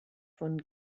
von